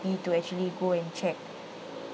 G_P to actually go and check